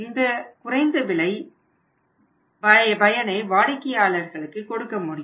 இந்த குறைந்த விலை பயனை வாடிக்கையாளர்களுக்கு கொடுக்க முடியும்